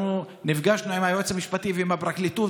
אנחנו נפגשנו עם היועץ המשפטי ועם הפרקליטות,